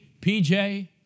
PJ